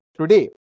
today